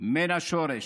מן השורש.